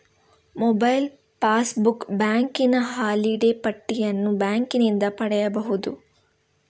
mobile passbook, ಬ್ಯಾಂಕಿನ holiday ಪಟ್ಟಿಯನ್ನು ಬ್ಯಾಂಕಿನಿಂದ ಪಡೆಯಬಹುದು